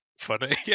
Funny